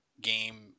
game